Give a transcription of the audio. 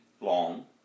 long